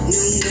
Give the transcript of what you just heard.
New